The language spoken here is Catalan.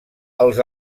els